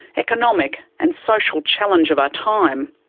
economic and social challenge of our time'.